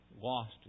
lost